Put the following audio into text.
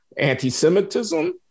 anti-Semitism